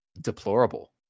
deplorable